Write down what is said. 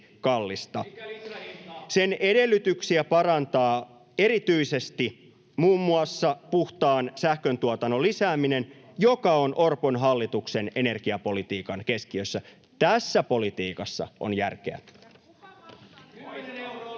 Sen edellytyksiä parantaa erityisesti muun muassa puhtaan sähköntuotannon lisääminen, joka on Orpon hallituksen energiapolitiikan keskiössä. Tässä politiikassa on järkeä.